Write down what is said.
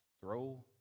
throw